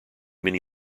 many